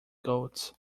goats